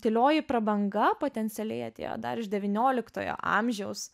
tylioji prabanga potencialiai atėjo dar iš devynioliktojo amžiaus